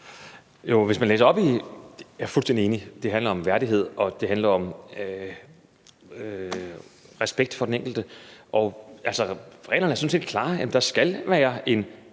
Jeg er fuldstændig enig – det handler om værdighed, og det handler om respekt for den enkelte. Reglerne er sådan set klare: Der skal være en